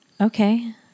okay